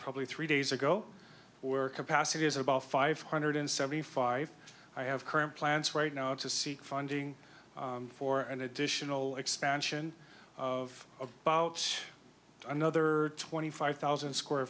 probably three days ago where capacity is about five hundred seventy five i have current plans right now to seek funding for an additional expansion of about another twenty five thousand square